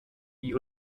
die